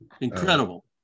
incredible